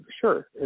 sure